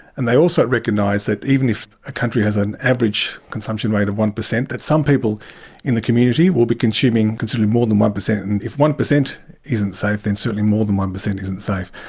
and they also recognise that even if a country has an average consumption rate of one percent, that some people in the community will be consuming considerably more than one percent. and if one percent isn't safe, then certainly more than one percent isn't safe.